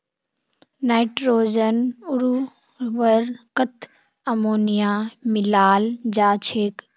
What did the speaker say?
nitrogen उर्वरकत ammonia मिलाल जा छेक